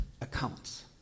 accounts